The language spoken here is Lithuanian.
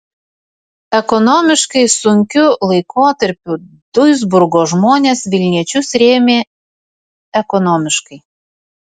ekonomiškai sunkiu laikotarpiu duisburgo žmonės vilniečius rėmė ekonomiškai